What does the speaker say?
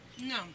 No